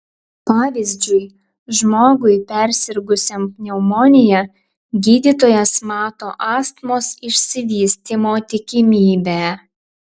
pavyzdžiui žmogui persirgusiam pneumonija gydytojas mato astmos išsivystymo tikimybę